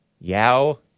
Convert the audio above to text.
Yao